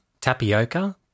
tapioca